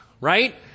right